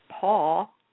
Paul